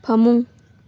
ꯐꯃꯨꯡ